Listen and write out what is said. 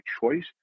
choice